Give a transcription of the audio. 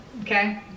Okay